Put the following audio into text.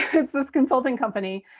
it's this consulting company.